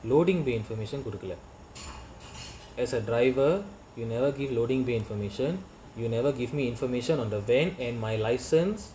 loading bay information together as a driver you never give loading bay information you never give me information on the van and my license